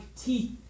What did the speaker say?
teeth